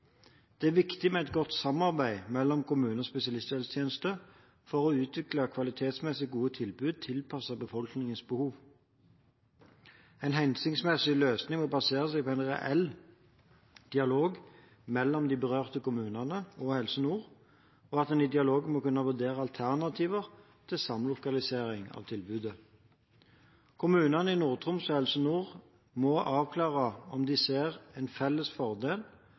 Det er viktig med godt samarbeid mellom kommune og spesialisthelsetjeneste for å utvikle kvalitetsmessig gode tilbud tilpasset befolkningens behov. En hensiktsmessig løsning må basere seg på en reell dialog mellom de berørte kommunene og Helse Nord, og at man i dialogen må kunne vurdere alternativer til samlokalisering av tilbudet. Kommunene i Nord-Troms og Helse Nord må avklare om de ser en felles fordel